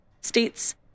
states